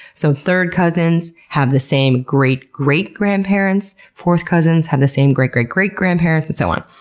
so third cousins have the same great-great-grandparents, fourth cousins have the same great-great-great-grandparents, and so on.